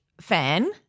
fan